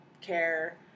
care